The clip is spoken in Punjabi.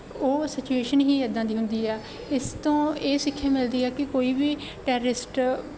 ਉਹ ਸਿਚੁਏਸ਼ਨ ਹੀ ਇੱਦਾਂ ਦੀ ਹੁੰਦੀ ਆ ਇਸ ਤੋਂ ਇਹ ਸਿੱਖਿਆ ਮਿਲਦੀ ਹੈ ਕਿ ਕੋਈ ਵੀ ਟੈਰਰਿਸਟ